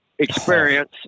Experience